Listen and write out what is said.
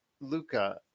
Luca